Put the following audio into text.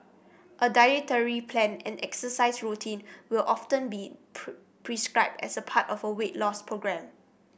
a dietary plan and exercise routine will often be put prescribed as a part of a weight loss programme